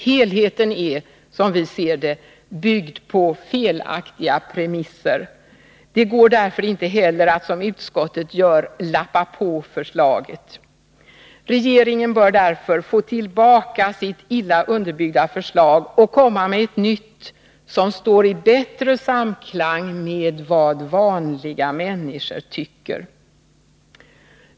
Helheten är, som vi ser det, byggd på felaktiga premisser. Det går därför inte heller att, som utskottet gör, lappa på förslaget. Regeringen bör då få tillbaka sitt illa underbyggda förslag och komma med ett nytt som står i bättre samklang med vad vanliga människor tycker.